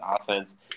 offense